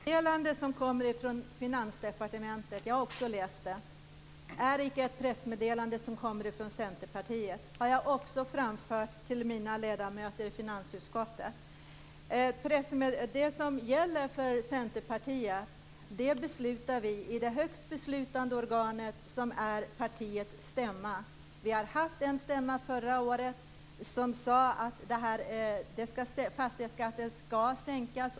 Herr talman! Jag har också läst pressmeddelandet från Finansdepartementet. Men det är inte ett meddelande från Centerpartiet, och det har jag framfört till mina ledamöter i finansutskottet. Det som gäller för Centerpartiet fattar vi beslut om i partiets högsta beslutande organ, nämligen partiets stämma. Vi hade en stämma förra året, där beslut fattades om att fastighetsskatten skall sänkas.